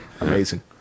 Amazing